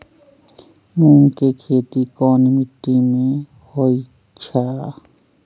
मूँग के खेती कौन मीटी मे होईछ?